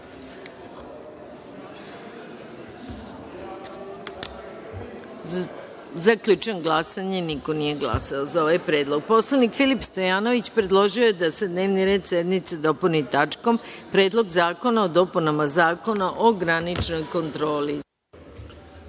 glasanje: niko nije glasao za ovaj predlog. Narodni poslanik Filip Stojanović predložio je da se dnevni red sednice dopuni tačkom – Predlog zakona o dopunama Zakon o graničnoj kontroli. Izvolite.